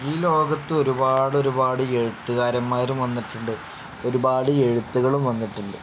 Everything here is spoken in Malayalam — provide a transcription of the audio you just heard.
ഈ ലോകത്ത് ഒരുപാട് ഒരുപാട് എഴുത്തുകാരന്മാരും വന്നിട്ടുണ്ട് ഒരുപാട് എഴുത്തുകളും വന്നിട്ടുണ്ട്